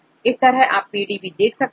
इस तरह आप PDB देख सकते हैं